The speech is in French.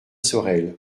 sorel